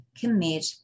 commit